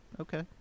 okay